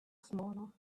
smaller